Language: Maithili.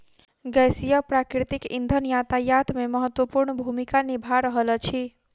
गैसीय प्राकृतिक इंधन यातायात मे महत्वपूर्ण भूमिका निभा रहल अछि